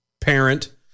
parent